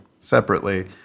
separately